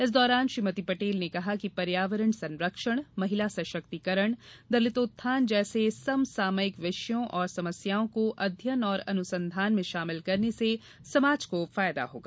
इस दौरान श्रीमती पटेल ने कहा कि पर्यावरण संरक्षण महिला सशक्तिकरण दलितोत्थान जैसे सम सामयिक विषयों एवं समस्याओं को अध्ययन एवं अनुसंधान में शामिल करने से समाज को फायदा होगा